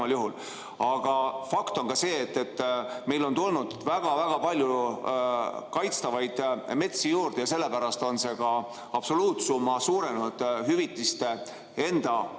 Aga fakt on ka see, et meil on tulnud väga-väga palju kaitstavaid metsi juurde ja sellepärast on ka see absoluutsumma suurenenud, hüvitiste enda